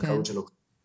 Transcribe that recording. הזכאות שלו (הפרעות בשידור הזום).